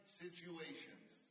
situations